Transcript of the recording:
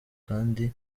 kandi